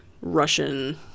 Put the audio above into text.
Russian